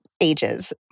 ages